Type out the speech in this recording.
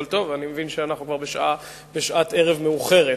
אבל אני מבין שאנחנו כבר בשעת ערב מאוחרת.